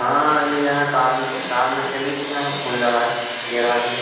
हाँ ये यहाँ कार कार मैकेनिक के यहाँ फोन लगा है गैराज में